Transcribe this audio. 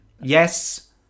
Yes